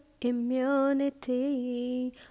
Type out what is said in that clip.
immunity